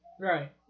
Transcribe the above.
Right